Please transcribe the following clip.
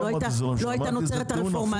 לא הייתה נוצרת הרפורמה הזאת.